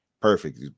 perfect